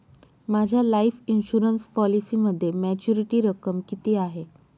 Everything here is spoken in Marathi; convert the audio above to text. माझ्या लाईफ इन्शुरन्स पॉलिसीमध्ये मॅच्युरिटी रक्कम किती आहे?